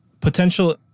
potential